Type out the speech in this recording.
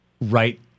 right